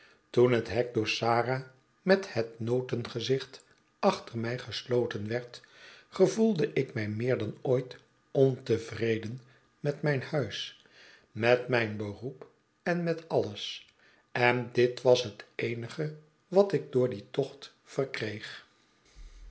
toen het hek door sarah met het notengezicht achter mij gesloten werd gevoelde ik mij meer dan ooit ontevreden met mijn thuis met mijn beroep en met alles en dit was het eenige wat ik door dien tocht verkreeg